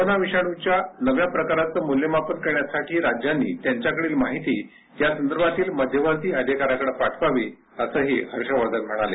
corona विषाणूच्या नव्या प्रकाराचं मूल्यमापन करण्यासाठी राज्यांनी त्यांच्याकडील माहिती यासंदर्भातील मध्यवर्ती अधिकाऱ्याकडे पाठवावी असंही हर्ष वर्धन म्हणाले